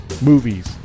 Movies